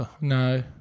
no